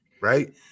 right